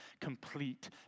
complete